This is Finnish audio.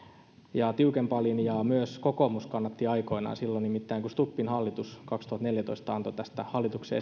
ja tiukempaa linjaa myös kokoomus kannatti aikoinaan silloin nimittäin kun stubbin hallitus kaksituhattaneljätoista antoi tästä hallituksen